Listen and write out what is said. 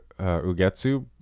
Ugetsu